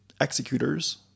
executors